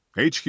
HQ